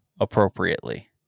appropriately